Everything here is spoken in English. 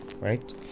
right